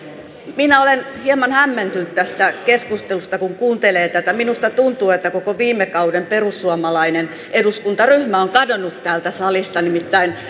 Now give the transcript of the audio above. minä olen hieman hämmentynyt tästä keskustelusta kun kuuntelee tätä minusta tuntuu että koko viime kauden perussuomalainen eduskuntaryhmä on kadonnut täältä salista nimittäin